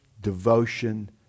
devotion